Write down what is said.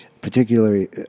particularly